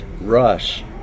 Rush